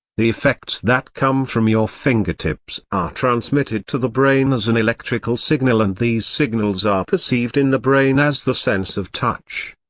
the effects that come from your fingertips are transmitted to the brain as an electrical signal and these signals are perceived in the brain as the sense of touch.